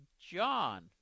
John